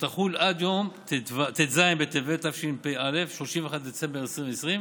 שתחול עד יום ט"ז בטבת התשפ"א, 31 בדצמבר 2020,